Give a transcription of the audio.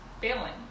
failing